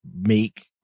make